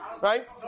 right